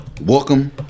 Welcome